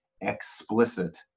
explicit